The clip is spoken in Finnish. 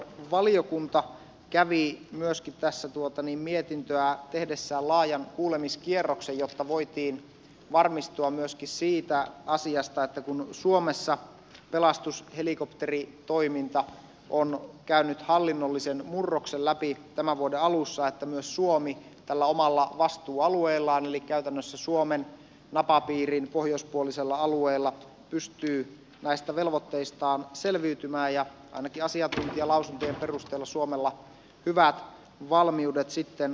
hallintovaliokunta kävi myöskin tässä mietintöä tehdessään laajan kuulemiskierroksen jotta voitiin varmistua myöskin siitä asiasta että kun suomessa pelastushelikopteritoiminta on käynyt hallinnollisen murroksen läpi tämän vuoden alussa myös suomi tällä omalla vastuualueellaan eli käytännössä suomen napapiirin pohjoispuolisella alueella pystyy näistä velvoitteistaan selviytymään ja ainakin asiantuntijalausuntojen perusteella suomella hyvät valmiudet sitten on